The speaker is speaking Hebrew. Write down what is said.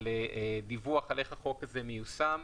על דיווח איך החוק הזה מיושם.